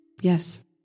Yes